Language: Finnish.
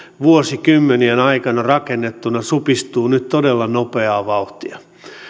vuosikymmenien aikana rakennettuna supistuu nyt todella nopeaa vauhtia